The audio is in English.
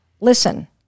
listen